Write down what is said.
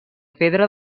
pedra